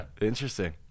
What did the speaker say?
Interesting